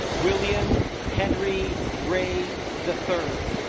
william henry ray the third